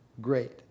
great